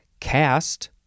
Cast